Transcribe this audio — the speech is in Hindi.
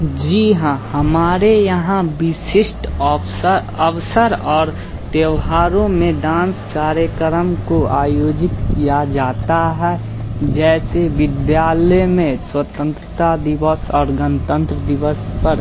जी हाँ हमारे यहाँ विशिष्ट औफसा अवसर और त्यौहारों में डांस कार्यक्रम को आयोजित किया जाता है जैसे विद्यालय में स्वतंत्रता दिवस और गणतंत्र दिवस पर